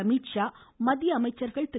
அமித்ஷா மத்திய அமைச்சர்கள் திரு